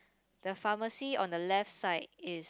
the pharmacy on the left side is